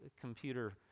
computer